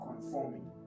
conforming